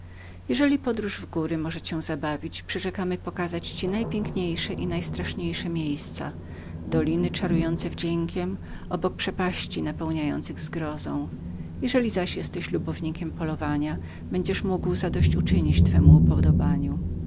jeżeli podróż w te góry może cię zabawić przyrzekamy pokazać ci najpiękniejsze i najstraszniejsze miejsca doliny czarujące wdziękiem obok przepaści napełniających zgrozą jeżeli zaś jesteś lubownikiem polowania będziesz mógł zadość uczynić twemu upodobaniu